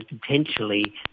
potentially